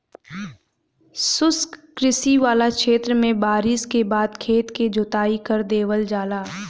शुष्क कृषि वाला क्षेत्र में बारिस के बाद खेत क जोताई कर देवल जाला